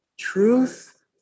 truth